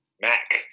Mac